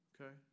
Okay